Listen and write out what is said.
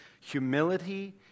humility